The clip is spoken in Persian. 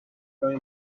لای